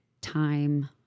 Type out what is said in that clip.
time